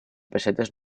pessetes